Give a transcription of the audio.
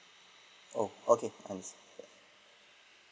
oh okay I see